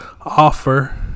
offer